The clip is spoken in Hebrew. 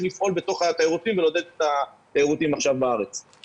לפעול בתוך תיירות הפנים ולעודד את תיירות הפנים בארץ עכשיו.